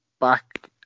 back